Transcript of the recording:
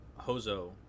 hozo